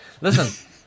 listen